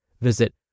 Visit